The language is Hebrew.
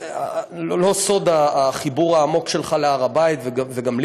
לא סוד החיבור העמוק שלך להר הבית וגם לי,